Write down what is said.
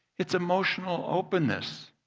it's emotional openness.